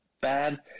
bad